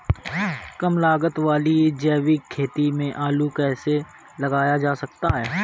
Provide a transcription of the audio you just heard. कम लागत वाली जैविक खेती में आलू कैसे लगाया जा सकता है?